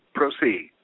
proceed